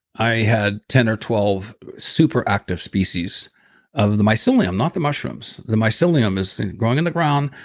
i had ten or twelve super active species of the mycelium, not the mushrooms. the mycelium is growing in the ground,